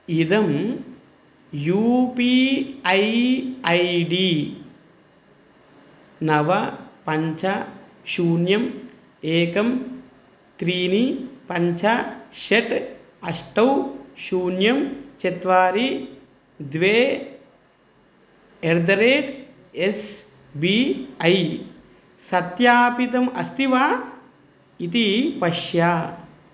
इदं U P I I D नव पञ्च शून्यम् एकं त्रीनि पञ्च षट् अष्ट शून्यं चत्वारि द्वे at the rate S B I सत्यापितम् अस्ति वा इति पश्य